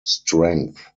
strength